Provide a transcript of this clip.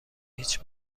هیچ